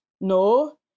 No